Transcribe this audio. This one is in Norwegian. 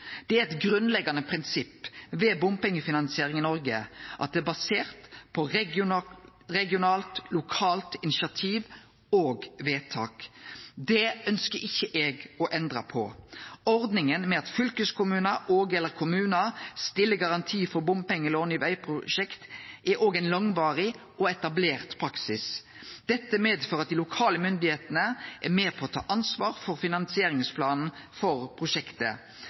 Det er eit grunnleggjande prinsipp ved bompengefinansiering i Noreg at det er basert på regionalt/lokalt initiativ og vedtak. Det ønskjer ikkje eg å endre på. Ordninga med at fylkeskommunar og/eller kommunar stiller garanti for bompengelån i vegprosjekt, er òg ein langvarig og etablert praksis. Dette medfører at dei lokale myndigheitene er med på å ta ansvar for finansieringsplanen for prosjektet.